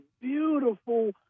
beautiful